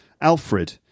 Alfred